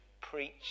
preach